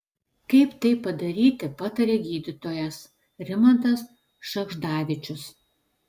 kaip tai padaryti pataria gydytojas rimantas šagždavičius